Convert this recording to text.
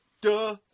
Duh